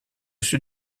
sud